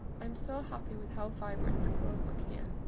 i'm so happy with how vibrant the colours look here.